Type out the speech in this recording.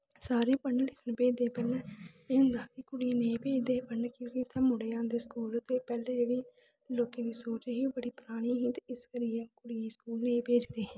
सारे पढ़ने लिखने गी भेजदे पैह्लें एह् होंदा हा कुड़ियें गी नेईं भेजदे हे क्योंकि उत्थै मुड़े आंदे स्कूल ते पैह्लें जेह्की लोकें दा सोच ही बड़ी परानी ही ते इस करियै कुड़ियें गी स्कूल नेईं भेजदे हे